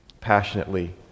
passionately